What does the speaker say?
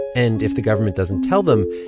and if the government doesn't tell them,